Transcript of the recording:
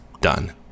done